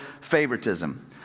favoritism